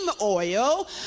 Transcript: oil